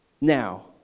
Now